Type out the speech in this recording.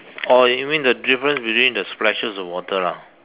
oh you mean the difference between the splashes of water lah